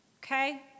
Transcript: Okay